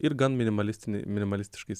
ir gan minimalistinį minimalistiškais